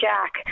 Jack